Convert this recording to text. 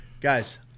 Guys